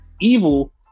Evil